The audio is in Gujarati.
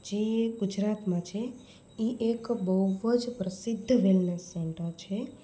જે ગુજરાતમાં છે એ એક બહુ જ પ્રસિદ્ધ વેલનેસ સેન્ટર છે